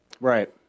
right